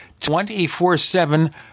24-7